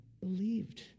believed